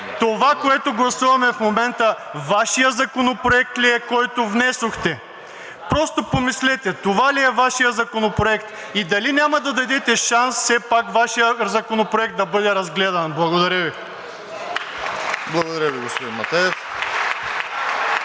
Това, което гласуваме в момента, Вашият законопроект ли е, който внесохте?! Просто помислете. Това ли е Вашият законопроект и дали няма да дадете шанс все пак Вашият законопроект да бъде разгледан? Благодаря Ви. (Ръкопляскания и